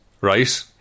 Right